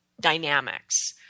dynamics